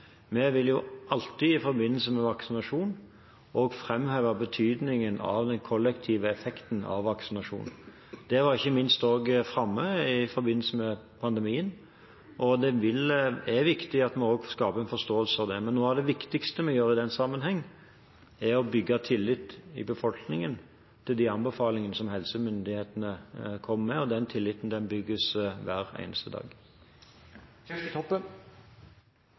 vi vil alltid i forbindelse med vaksinasjon også framheve betydningen av den kollektive effekten av vaksinasjon. Det var ikke minst også framme i forbindelse med pandemien, og det er viktig at vi også skaper en forståelse for det. Men noe av det viktigste vi gjør i den sammenheng, er å bygge tillit i befolkningen til de anbefalingene som helsemyndighetene kommer med, og den tilliten bygges hver eneste dag.